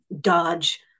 dodge